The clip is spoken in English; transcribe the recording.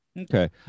Okay